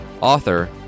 author